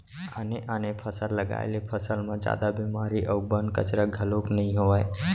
आने आने फसल लगाए ले फसल म जादा बेमारी अउ बन, कचरा घलोक नइ होवय